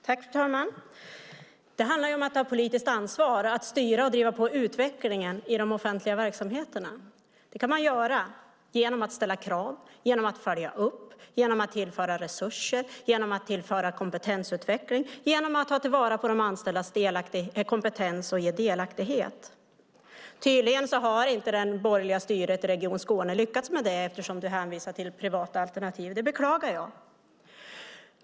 Fru talman! Det handlar om att ta politiskt ansvar och att styra och driva på utvecklingen i de offentliga verksamheterna. Det kan man göra genom att ställa krav, följa upp, tillföra resurser eller kompetensutveckling och genom att ta vara på de anställdas kompetens och ge delaktighet. Tydligen har inte det borgerliga styret i Region Skåne lyckats med det eftersom du hänvisar till privata alternativ, och det beklagar jag.